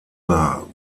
war